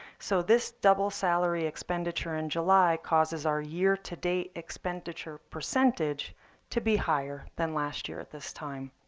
so this double salary expenditure in july causes our year to date expenditure percentage to be higher than last year at this time.